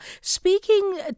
speaking